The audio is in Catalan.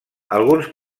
alguns